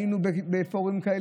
היינו בפורומים כאלה